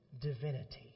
divinity